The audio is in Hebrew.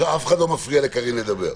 אף אחד לא מפריע לקארין לדבר.